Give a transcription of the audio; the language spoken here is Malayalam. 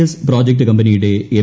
എസ് പ്രോജക്ട് കമ്പനിയുടെ എം